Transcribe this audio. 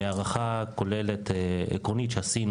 מהערכה עקרונית כוללת שעשינו,